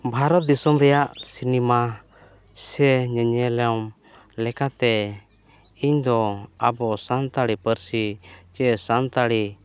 ᱵᱷᱟᱨᱚᱛ ᱫᱤᱥᱚᱢ ᱨᱮᱭᱟᱜ ᱥᱤᱱᱮᱢᱟ ᱥᱮ ᱧᱮᱧᱮᱞᱚᱢ ᱞᱮᱠᱟᱛᱮ ᱤᱧ ᱫᱚ ᱟᱵᱚ ᱥᱟᱱᱛᱟᱲᱤ ᱯᱟᱹᱨᱥᱤ ᱪᱮ ᱥᱟᱱᱛᱟᱲᱤ